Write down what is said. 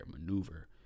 maneuver